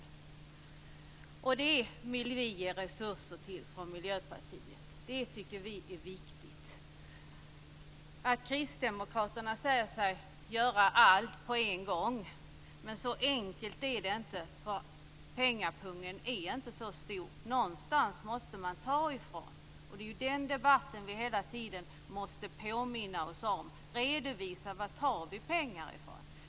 Det är det som vi från Miljöpartiet vill ge resurser till. Det tycker vi är viktigt. Kristdemokraterna vill göra allt på en gång. Men så enkelt är det inte, eftersom pengapungen inte är så stor. Någonstans måste man ta pengarna. Och det är den debatten som vi hela tiden måste påminna oss om och redovisa varifrån vi tar pengarna.